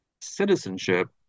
citizenship